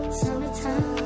summertime